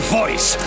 voice